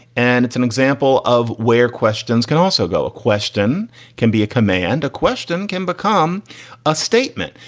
and it's an example of where questions can also go. a question can be a command, a question can become a statement.